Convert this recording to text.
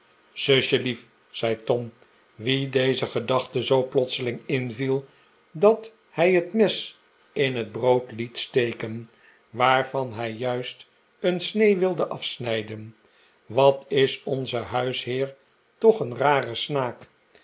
zusjelief zei tom wien deze gedachte zoo plotseling inviel dat hij het mes in het brood liet steken waarvan hij juist een snee wilde afsnijden wat is onze huisheer toch een rare snaak